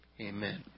amen